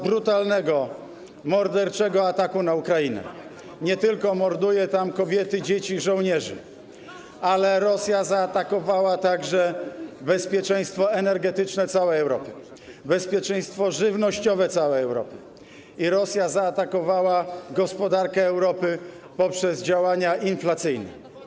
brutalnego, morderczego ataku na Ukrainę, nie tylko morduje tam kobiety, dzieci i żołnierzy, ale Rosja zaatakowała także bezpieczeństwo energetyczne całej Europy, bezpieczeństwo żywnościowe całej Europy i Rosja zaatakowała gospodarkę Europy poprzez działania inflacyjne.